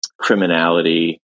criminality